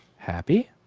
happy.